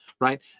right